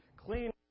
Clean